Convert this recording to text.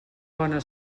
bona